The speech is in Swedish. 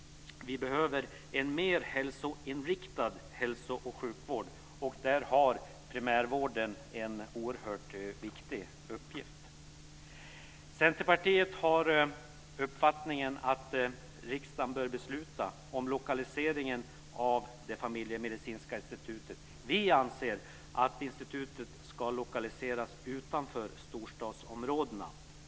Vi behöver en mer hälsoinriktad hälso och sjukvård - och där har primärvården en oerhört viktig uppgift. Centerpartiet har den uppfattningen att riksdagen bör besluta om lokaliseringen av det familjemedicinska institutet. Vi anser att institutet ska lokaliseras utanför storstadsområdena.